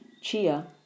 Chia